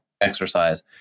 exercise